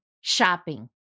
Shopping